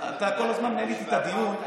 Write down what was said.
אתה כל הזמן מנהל איתי את הדיון,